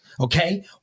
Okay